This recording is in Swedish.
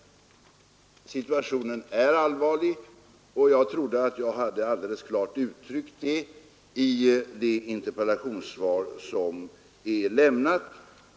Situationen är allvarlig, och jag trodde att jag hade alldeles klart uttryckt detta i det interpellationssvar som är lämnat.